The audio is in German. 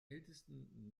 ältesten